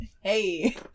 Hey